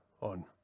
on